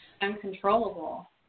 uncontrollable